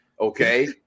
Okay